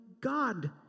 God